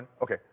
okay